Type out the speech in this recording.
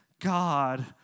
God